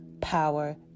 power